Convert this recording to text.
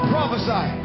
Prophesy